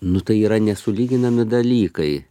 nu tai yra nesulyginami dalykai